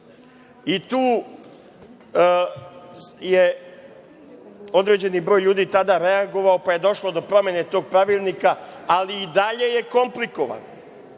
i tu je određeni broj ljudi tada reagovao, pa je došlo do promene tog pravilnika, ali i dalje je komplikovano. Pričamo